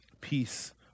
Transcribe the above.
Peace